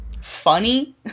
funny